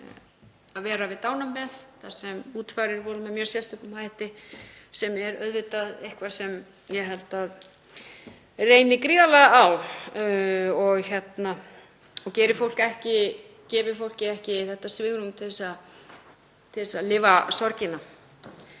að vera við dánarbeð og útfarir voru með mjög sérstökum hætti. Það er auðvitað eitthvað sem ég held að reyni gríðarlega á og gefi fólki ekki þetta svigrúm til þess að lifa sorgina.